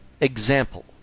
example